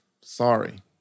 Sorry